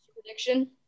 prediction